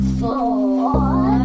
four